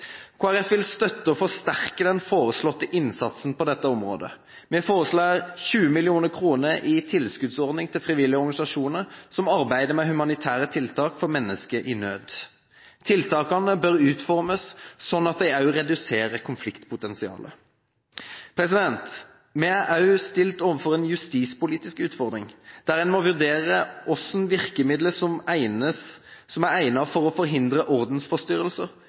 Folkeparti vil støtte og forsterke den foreslåtte innsatsen på dette området. Vi foreslår 20 mill. kr i tilskuddsordning til frivillige organisasjoner som arbeider med humanitære tiltak for mennesker i nød. Tiltakene bør utformes slik at de også reduserer konfliktpotensialet. Vi er også stilt overfor en justispolitisk utfordring, hvor vi må vurdere hvilke virkemidler som er egnet til å forhindre ordensforstyrrelser,